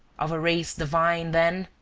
of a race divine, then?